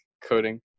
coding